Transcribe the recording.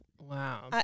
wow